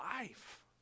life